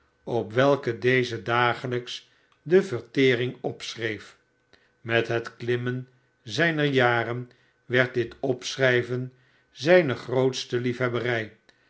op welke deze dagelijks de vertering opschreef met het klimm en zijner jaren werd dit ppschrijven zijne grootste lief